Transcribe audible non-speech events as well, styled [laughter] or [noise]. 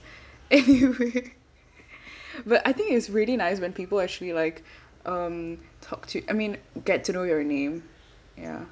anyway [laughs] but I think it's really nice when people actually like um talk to I mean get to know your name yah